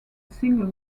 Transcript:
single